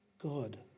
God